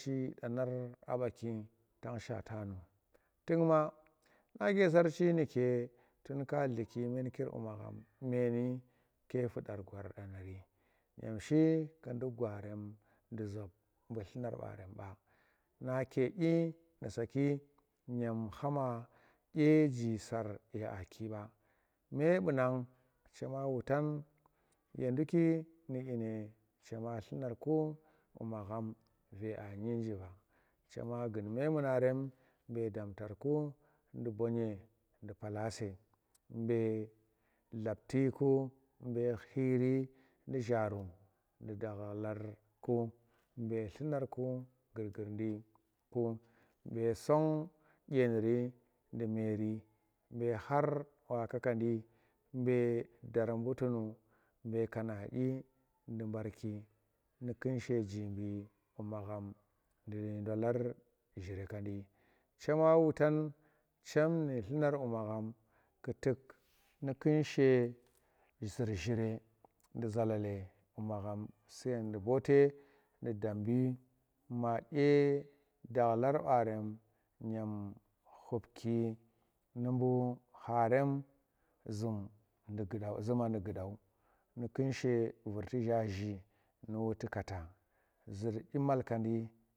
Tu donar a baki tu shwata nu tuk ma nake sarchi nuke tun ka dliki munkir bu magham meni ke fudar gwar danari dyem shi ku nduk gwarem nu zap bu dlunar barem ba nake dyini saki dyem khama dye jii sar ye aaki ba me bu nang chema wuten ye nduki nu dyine chema wuten ko ye nduki nu dyine chema dlunar ku bu magham ve anyi jiva chema gun memuna rem be damtar ku nu bonye nu palase be raptiki nuzhiiru inu jharum nu dakhalarku be dlunar ku gur gurdi ku, be song dyeniri ndu meri be khar wakakandi be darbu tunu be kanadyi ku, ndu barkiri nu kunshe jimbi bu magham nu ndolar cire kandi, chema wutan nu dyine dlunar bu magham tuk nu kunshe zur chire nu zalale bu magham suyen nu boote nu damshi ma dye dakhar ba rem dyem khubki nu bu kharem nu zum nu zuma nu gudau nu kunshe vurti zhaaji nu wuti kata zur dyi malkandi.